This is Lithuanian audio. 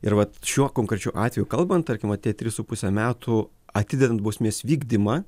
ir vat šiuo konkrečiu atveju kalbant tarkim vat tie tris su puse metų atidedan bausmės vykdymą